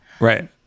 Right